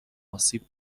آسیب